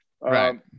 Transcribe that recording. Right